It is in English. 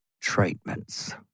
treatments